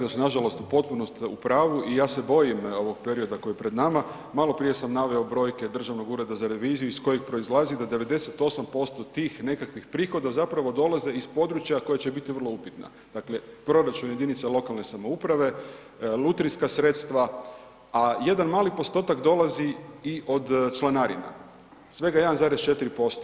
Kolegice Mrak Taritaš nažalost potpuno ste u pravu i ja se bojim ovog perioda koji je pred nama, maloprije sam naveo brojke Državnog ureda za reviziju iz kojih proizlazi da 98% tih nekakvih prihoda zapravo dolaze iz područja koja će biti vrlo upitna, dakle proračun jedinica lokalne samouprave, lutrijska sredstva, a jedan mali postotak dolazi i od članarina, svega 1,4%